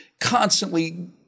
constantly